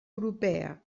europea